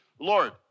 Lord